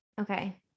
Okay